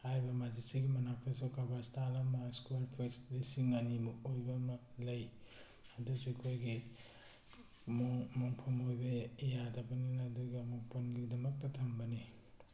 ꯍꯥꯏꯔꯤꯕ ꯃꯁꯖꯤꯠꯁꯤꯒꯤ ꯃꯅꯥꯛꯇꯁꯨ ꯀꯕꯁꯇꯥꯟ ꯑꯃ ꯁꯀ꯭ꯋꯥꯔ ꯐꯤꯠ ꯂꯤꯁꯤꯡ ꯑꯅꯤ ꯃꯨꯛ ꯑꯣꯏꯕ ꯑꯃ ꯂꯩ ꯑꯗꯨꯁꯨ ꯑꯩꯈꯣꯏꯒꯤ ꯃꯣꯡꯐꯝ ꯑꯣꯏꯕ ꯌꯥꯗꯕꯅꯤꯅ ꯑꯗꯨꯒ ꯃꯣꯡꯐꯝꯒꯤꯗꯃꯛꯇ ꯊꯝꯕꯅꯤ